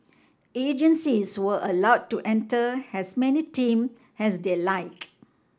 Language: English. agencies were allowed to enter as many team as they liked